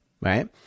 Right